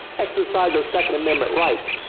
exercise our second amendment right.